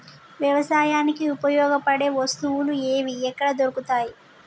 వ్యవసాయానికి ఉపయోగపడే వస్తువులు ఏవి ఎక్కడ దొరుకుతాయి?